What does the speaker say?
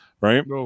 right